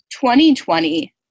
2020